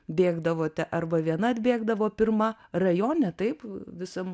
bėgdavote arba viena atbėgdavo pirma rajone taip visam